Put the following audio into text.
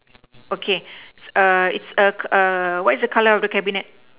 okay err it's err err what is the colour of the cabinet